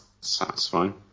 satisfying